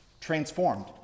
transformed